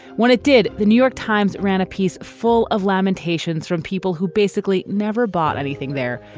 when it did, the new york times ran a piece full of lamentations from people who basically never bought anything there,